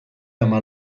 ama